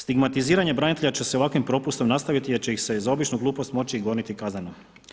Stigmatiziranje branitelja će se ovakvim propustom nastaviti jer će ih se i za običnu glupost moći goniti kazneno.